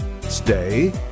stay